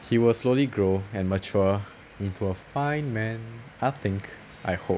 he will slowly grow and mature into a fine man I think I hope